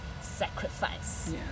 sacrifice